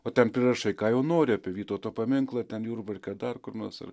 o ten prirašai ką jau nori apie vytauto paminklą ten jurbarke ar dar kur nors ar